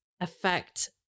affect